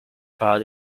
part